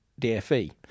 DFE